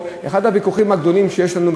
אחד הוויכוחים הגדולים שיש לנו,